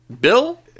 Bill